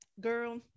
Girl